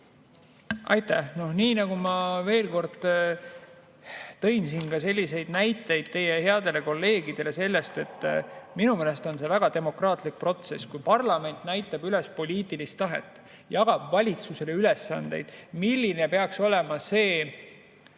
Aitäh! Veel kord, ma juba tõin siin näiteid teie headele kolleegidele selle kohta, et minu meelest on see väga demokraatlik protsess, kui parlament näitab üles poliitilist tahet, jagab valitsusele ülesandeid, milline peaks olema